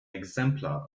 exemplar